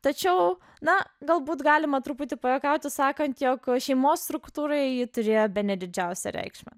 tačiau na galbūt galima truputį pajuokauti sakant jog šeimos struktūroje ji turėjo bene didžiausią reikšmę